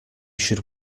should